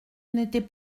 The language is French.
n’étais